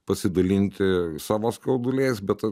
pasidalinti savo skauduliais bet vat